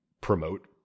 promote